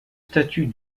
statues